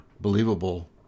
believable